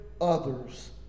others